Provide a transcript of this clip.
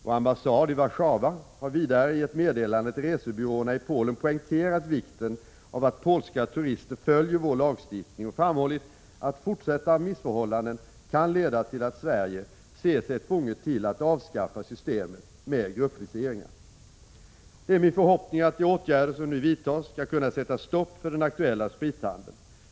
Vår ambassad i Warszawa har vidare i ett meddelande till resebyråerna i Polen poängterat vikten av att polska turister följer vår lagstiftning och framhållit att fortsatta missförhållanden kan leda till att Sverige ser sig tvunget att avskaffa systemet med gruppviseringar. Det är min förhoppning att de åtgärder som nu vidtas skall kunna sätta stopp för den aktuella sprithandeln.